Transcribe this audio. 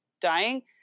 dying